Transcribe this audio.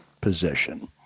position